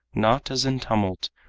not as in tumult,